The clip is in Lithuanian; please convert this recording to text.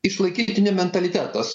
išlaikytinių mentalitetas